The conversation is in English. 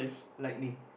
lightning